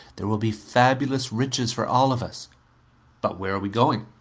there will be fabulous riches for all of us but where are we going?